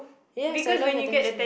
yes I love attention